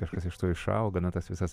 kažkas iš to išauga na tas visas